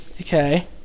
Okay